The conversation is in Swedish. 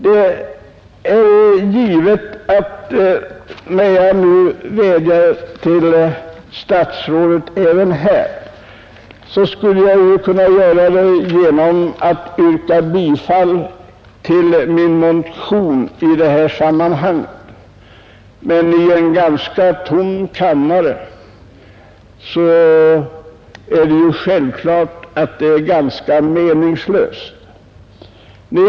Det är givet att när jag nu vädjar till statsrådet även här så skulle jag kunna göra det genom att yrka bifall till min motion, men i en nästan tom kammare är det självfallet ganska meningslöst.